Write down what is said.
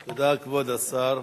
תודה, כבוד השר.